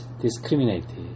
discriminated